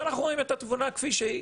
ואנחנו רואים את התמונה כפי שהיא,